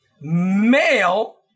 male